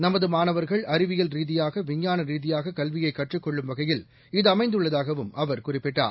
நமதுமானவர்கள் அறிவியல் ரீதியாக விஞ்ஞானரீதியாககல்வியைகற்றுக் கொள்ளும் வகையில் இது அமைந்துள்ளதாகவும் அவர் குறிப்பிட்டார்